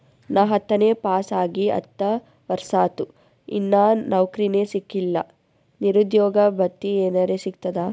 ನಾ ಹತ್ತನೇ ಪಾಸ್ ಆಗಿ ಹತ್ತ ವರ್ಸಾತು, ಇನ್ನಾ ನೌಕ್ರಿನೆ ಸಿಕಿಲ್ಲ, ನಿರುದ್ಯೋಗ ಭತ್ತಿ ಎನೆರೆ ಸಿಗ್ತದಾ?